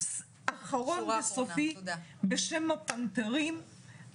אחרון וסופי בשם הפנתרים.